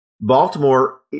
Baltimore